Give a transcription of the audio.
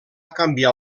canviar